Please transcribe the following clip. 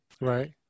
Right